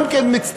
גם כן מצטמצמת,